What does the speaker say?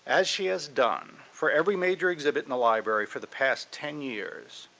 as she has done for every major exhibit in the library for the past ten years,